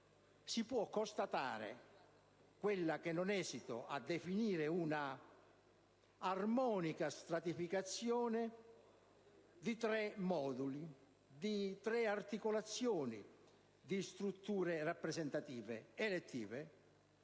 si può constatare quella che non esito a definire una armonica stratificazione di tre moduli, di tre articolazioni di strutture rappresentative elettive,